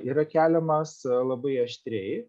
yra keliamas labai aštriai